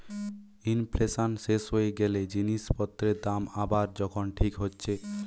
inflation শেষ হয়ে গ্যালে জিনিস পত্রের দাম আবার যখন ঠিক হচ্ছে